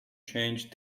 changed